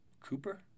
Cooper